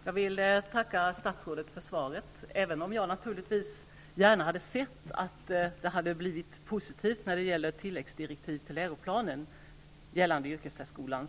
Fru talman! Jag tackar statsrådet för svaret, även om jag naturligtvis gärna hade sett att det hade blivit positivt när det gäller tilläggsdirektiv till läroplanen gällande yrkessärskolan.